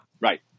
Right